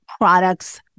products